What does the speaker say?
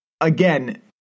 again